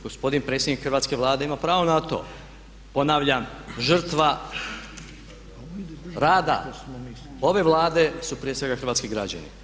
Gospodin predsjednik Hrvatske Vlade ima pravo na to, ponavljam žrtva rada ove Vlade su prije svega hrvatski građani.